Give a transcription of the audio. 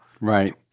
right